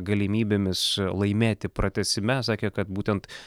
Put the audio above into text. galimybėmis laimėti pratęsime sakė kad būtent